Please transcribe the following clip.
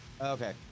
Okay